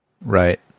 Right